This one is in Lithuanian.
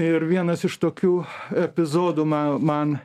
ir vienas iš tokių epizodų man